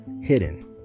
hidden